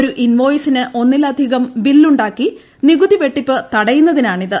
ഒരു ഇൻ വോയിസിന് ഒന്നിലധികം ബിൽ ഉണ്ടാക്കി നികുതി വെട്ടിപ്പ് തടയുന്നതിനാണ് ഇത്